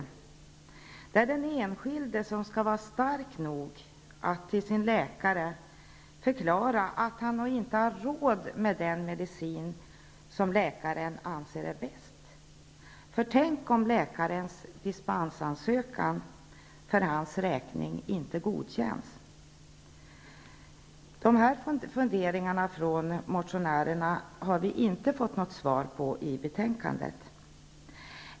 Det är den enskilde som skall vara stark nog att förklara för sin läkare att han eller hon nog inte har råd med den medicin som läkaren anser vara bäst. Tänk, om läkarens dispensansökan för patientens räkning inte godkänns! Dessa funderingar som motionärerna ger uttryck för har inte kommenterats i betänkandet.